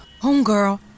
Homegirl